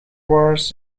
wars